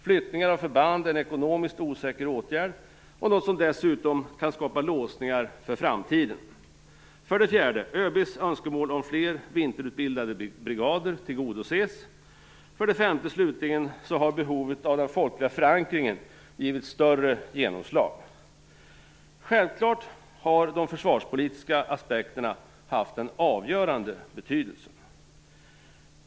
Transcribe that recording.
Flyttningar av förband är en ekonomiskt osäker åtgärd och något som dessutom kan skapa låsningar för framtiden. 5. Slutligen har behovet av den folkliga förankringen givits större genomslag. Självfallet har de försvarspolitiska aspekterna haft den avgörande betydelsen.